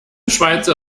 schweizer